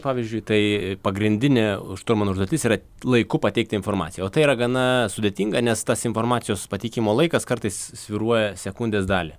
pavyzdžiui tai pagrindinė šturmano užduotis yra laiku pateikti informaciją o tai yra gana sudėtinga nes tas informacijos pateikimo laikas kartais svyruoja sekundės dalį